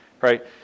right